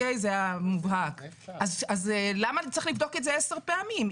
זה המובהק למה אתה צריך לבדוק את זה עשר פעמים?